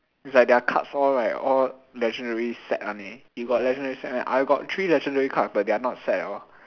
it's like their cards all right all legendary set one eh you got legendary set meh I got three legendary card but they are not set at all